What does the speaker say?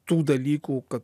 tų dalykų kad